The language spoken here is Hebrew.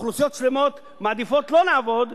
אוכלוסיות שלמות מעדיפות לא לעבוד,